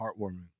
heartwarming